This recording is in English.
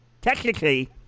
technically